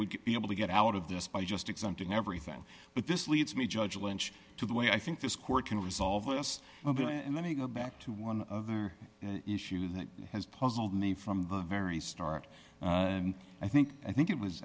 would be able to get out of this by just exempting everything but this leads me judge lynch to the way i think this court can resolve us and then we go back to one issue that has puzzled me from the very start i think i think it was